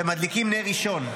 ומדליקים נר ראשון.